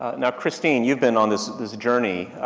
ah now christine, you've been on this, this journey,